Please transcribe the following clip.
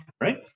right